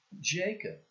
Jacob